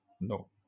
No